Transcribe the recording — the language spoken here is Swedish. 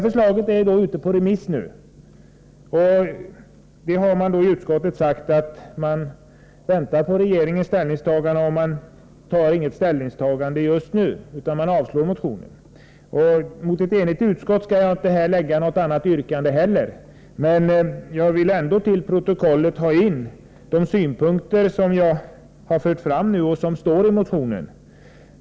Förslaget är nu ute på remiss, och utskottet har förklarat att man väntar på regeringens ställningstagande. Utskottet avstår från att självt ta ställning just nu och avstyrker motionen. Mot ett enigt utskott skall jag inte här framställa något yrkande, men jag vill till protokollet få antecknat vad jag har fört fram här och som står i motionen.